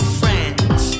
friends